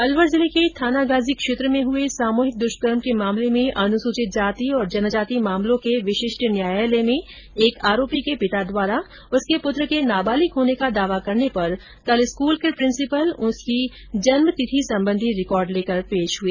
अलवर जिले के थानागाजी क्षेत्र में हए सामुहिक दुष्कर्म के मामले में अनुसूचित जाति और जनजाति मामलों के विशिष्ट न्यायालय में एक आरोपी के पिता द्वारा उसके पुत्र के नाबालिग होने का दावा करने पर कल स्कूल के प्रिंसीपल उसकी जन्म तिथि संबंधी रिकॉर्ड लेकर पेश हुए